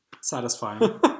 satisfying